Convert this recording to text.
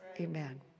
Amen